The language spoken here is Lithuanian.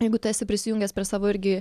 jeigu tu esi prisijungęs prie savo irgi